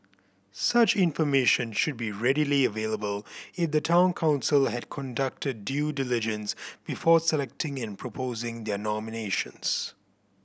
such information should be readily available if the Town Council had conducted due diligence before selecting and proposing their nominations